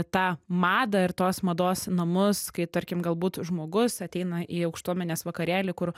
tą madą ir tos mados namus kai tarkim galbūt žmogus ateina į aukštuomenės vakarėlį kur